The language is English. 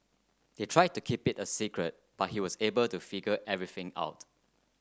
they tried to keep it a secret but he was able to figure everything out